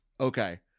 Okay